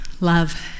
love